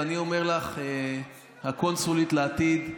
ואני אומר לך, הקונסולית לעתיד,